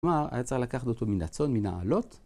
כלומר היה צריך לקחת אותו מן הצון, מן העלות.